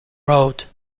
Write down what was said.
road